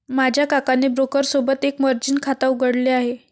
माझ्या काकाने ब्रोकर सोबत एक मर्जीन खाता उघडले आहे